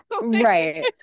Right